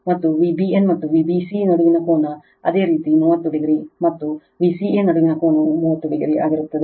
ಮತ್ತು Vbn ಮತ್ತು Vbc ನಡುವಿನ ಕೋನ ಅದೇ ರೀತಿ 30o ಮತ್ತು Vca ನಡುವಿನ ಕೋನವು 30 o ಆಗಿರುತ್ತದೆ